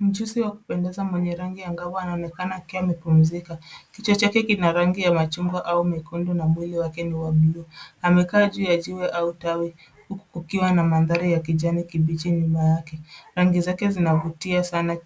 Mjusi wa kupendeza mwenye rangi angavu anaonekana akiwa amepumzika. Kichwa chake kina rangi ya machungwa au mekundu na mwili wake ni wa buluu. Amekaa juu ya jiwe au tawi huku kukiwa na mandhari ya kijani kibichi nyuma yake. Rangi zake zinavutia sana